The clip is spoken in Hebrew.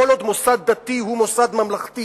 כל עוד מוסד דתי הוא מוסד ממלכתי